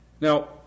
Now